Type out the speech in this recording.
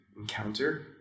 encounter